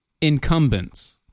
incumbents